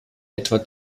etwa